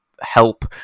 help